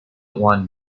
one